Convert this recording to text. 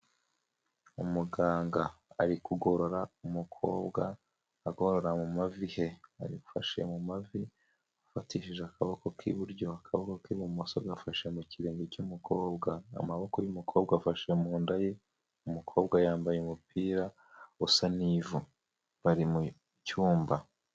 Umuganga ari kugorora umukobwa agorora mu mavi he, amufashe mu mavi afatishije akaboko k'iburyo, akaboko k'ibumoso gafashe mu kirenge cy'umukobwa, amaboko y'umukobwa afashe mu nda ye, umukobwa yambaye umupira usa n'ivu bari mu cyumba.